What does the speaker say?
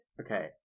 Okay